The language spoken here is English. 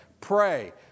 pray